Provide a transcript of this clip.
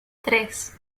tres